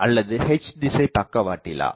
அல்லது H திசைபக்கவாட்டிலா